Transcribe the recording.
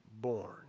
born